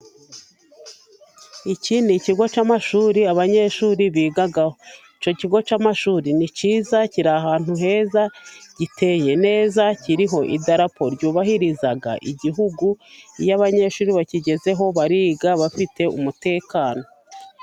Iki ni ikigo cy'amashuri abanyeshuri bigaho, icyo kigo cy'amashuri ni cyiza, kiri ahantu heza, giteye neza kiriho idarapo ryubahiriza igihugu, iyo abanyeshuri bakigezeho, bariga bafite umutekano.